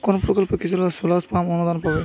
কোন প্রকল্পে কৃষকরা সোলার পাম্প অনুদান পাবে?